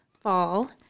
fall